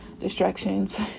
distractions